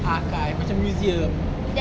archive macam museum